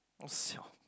oh siao